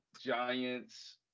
Giants